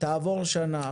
תעבור שנה,